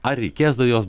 ar reikės daujos